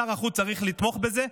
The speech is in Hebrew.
שר החוץ צריך לתמוך בזה,